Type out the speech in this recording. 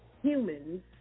humans